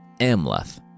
Amleth